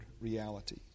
reality